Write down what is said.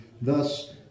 Thus